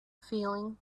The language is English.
feeling